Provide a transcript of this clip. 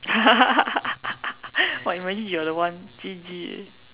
!wah! imagine you are the one G_G eh